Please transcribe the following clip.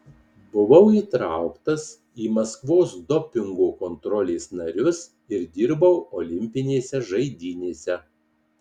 buvau įtrauktas į maskvos dopingo kontrolės narius ir dirbau olimpinėse žaidynėse